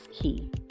key